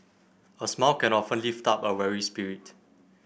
a smile can often lift up a weary spirit